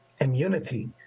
immunity